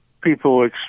people